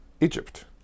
Egypt